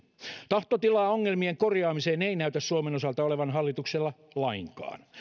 tahtotilaa ongelmien korjaamiseen suomen osalta ei näytä olevan hallituksella lainkaan